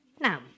Now